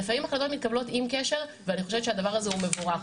ולפעמים החלטות מתקבלות עם קשר ואני חושבת שהדבר הזה הוא מבורך.